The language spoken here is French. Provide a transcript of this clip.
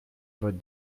vote